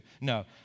No